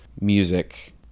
music